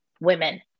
women